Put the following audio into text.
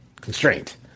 constraint